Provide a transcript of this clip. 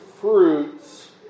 fruits